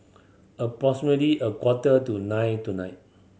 a quarter to nine tonight